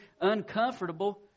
uncomfortable